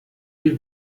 die